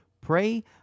pray